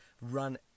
Run